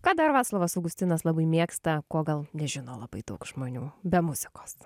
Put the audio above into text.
ką dar vaclovas augustinas labai mėgsta ko gal nežino labai daug žmonių be muzikos